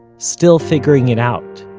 still figuring it out.